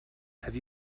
have